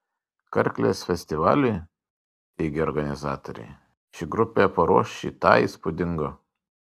karklės festivaliui teigia organizatoriai ši grupė paruoš šį tą įspūdingo